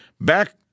back